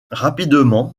rapidement